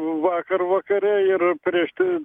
vakar vakare ir prieš tai